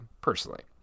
personally